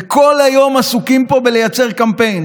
וכל היום עסוקים פה בלייצר קמפיין,